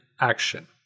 action